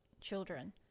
children